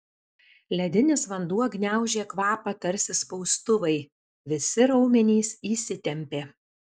ledinis vanduo gniaužė kvapą tarsi spaustuvai visi raumenys įsitempė